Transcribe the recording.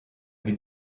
wie